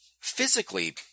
Physically